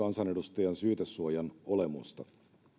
kansanedustajan syytesuojan olemusta